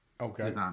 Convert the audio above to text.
Okay